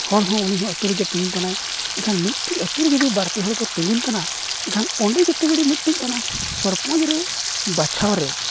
ᱦᱚᱲ ᱦᱚᱸ ᱩᱱᱤᱦᱚᱸ ᱟᱹᱛᱩ ᱨᱮᱜᱮ ᱛᱤᱸᱜᱩᱱ ᱠᱟᱱᱟᱭ ᱮᱱᱠᱷᱟᱱ ᱢᱤᱫᱴᱤᱡ ᱟᱹᱛᱩᱨᱮ ᱡᱩᱫᱤ ᱵᱟᱨ ᱯᱮ ᱦᱚᱲ ᱠᱚ ᱛᱤᱸᱜᱩᱱ ᱠᱟᱱᱟ ᱢᱮᱱᱠᱷᱟᱱ ᱚᱸᱰᱮ ᱡᱮᱛᱮ ᱵᱮᱲᱮ ᱢᱤᱫᱴᱤᱡ ᱚᱱᱟ ᱥᱚᱨᱯᱚᱧᱡᱽ ᱨᱮ ᱵᱟᱪᱷᱟᱣ ᱨᱮ